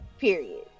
period